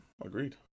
Agreed